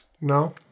No